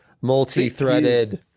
Multi-threaded